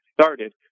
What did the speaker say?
started